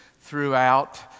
throughout